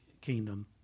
kingdom